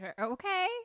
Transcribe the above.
Okay